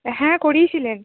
হ্যাঁ করিয়েছিলেন